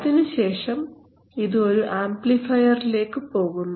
അതിനുശേഷം ഇത് ഒരു ആംപ്ലിഫയർ ലേക്ക് പോകുന്നു